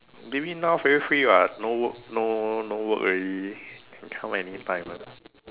David now very free [what] no work no no work already can come anytime one